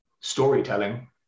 storytelling